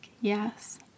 yes